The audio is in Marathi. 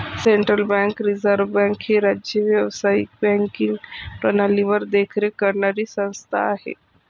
सेंट्रल बँक रिझर्व्ह बँक ही राज्य व्यावसायिक बँकिंग प्रणालीवर देखरेख करणारी संस्था आहे